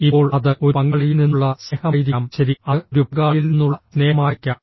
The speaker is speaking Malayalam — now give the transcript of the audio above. ഇപ്പോൾ അത് ഒരു പങ്കാളിയിൽ നിന്നുള്ള സ്നേഹമായിരിക്കാം ശരി അത് ഒരു പങ്കാളിയിൽ നിന്നുള്ള സ്നേഹമായിരിക്കാം